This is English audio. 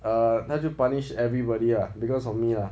err 他就 punished everybody lah because of me lah